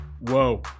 Whoa